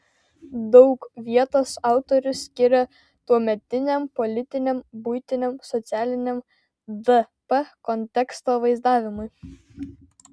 daug vietos autorius skiria tuometiniam politiniam buitiniam socialiniam dp konteksto vaizdavimui